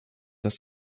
dass